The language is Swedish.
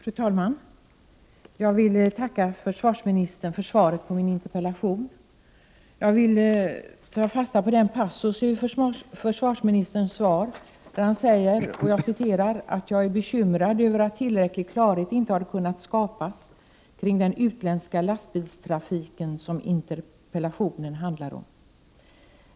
Fru talman! Jag vill tacka försvarsministern för svaret på min interpellation. Jag vill ta fasta på den passus i försvarsministerns svar där han säger att ”jag är bekymrad över att tillräcklig klarhet inte har kunnat skapas kring den utländska lastbilstrafik som Ulla Tillanders interpellation handlar om”.